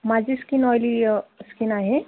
माझी skin oily skin आहे